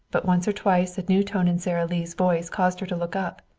but once or twice a new tone in sara lee's voice caused her to look up.